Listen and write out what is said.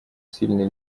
сильные